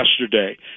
yesterday